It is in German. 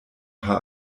paar